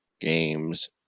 games